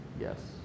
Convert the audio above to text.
yes